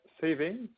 savings